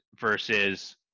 versus